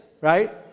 right